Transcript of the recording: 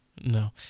no